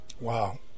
Wow